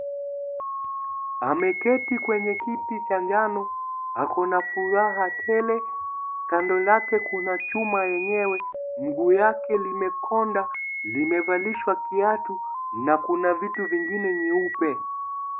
Ameketi kwenye kiti cha njano. Ako na furaha tele na kando yake kuna chuma yenyewe. Mguu wake umekonda limevalishwa kiatu na kuna vitu vingine nyeupe